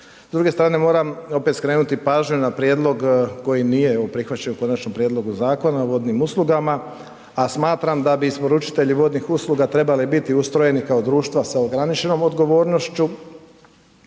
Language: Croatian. S druge strane moram opet skrenuti pažnju na prijedlog koji nije evo prihvaćen u Konačnom prijedlogu Zakona o vodnim uslugama, a smatram da bi isporučitelji vodnih usluga trebali biti ustrojeni kao društvo sa ograničenom odgovornošću,